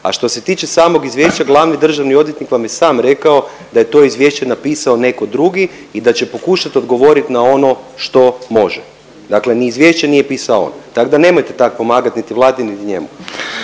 a što se tiče samog izvješća glavni državni odvjetnik vam je sam rekao da je to izvješće napisao netko drugi i da će pokušati odgovoriti na ono što može. Dakle, ni izvješće nije pisao on, tako da nemojte tak' pomagati niti Vladi, niti njemu.